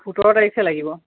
সোতৰ তাৰিখে লাগিব